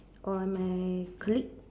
or my colleague